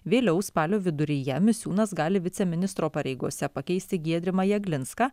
vėliau spalio viduryje misiūnas gali viceministro pareigose pakeisti giedrimą jeglinską